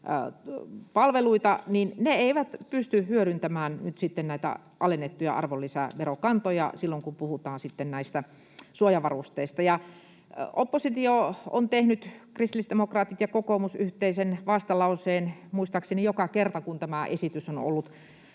kotipalvelupalveluita, eivät pysty nyt hyödyntämään näitä alennettuja arvonlisäverokantoja silloin, kun puhutaan näistä suojavarusteista. Oppositio on tehnyt — kristillisdemokraatit ja kokoomus — yhteisen vastalauseen muistaakseni joka kerta, kun tämä esitys on ollut